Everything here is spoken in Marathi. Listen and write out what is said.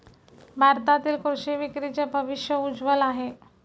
भारतातील कृषी विक्रीचे भविष्य उज्ज्वल आहे